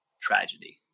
tragedy